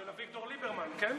של אביגדור ליברמן, כן?